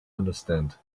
understand